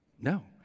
No